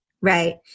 Right